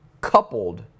coupled